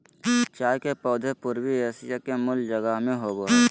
चाय के पौधे पूर्वी एशिया के मूल जगह में होबो हइ